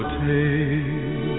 take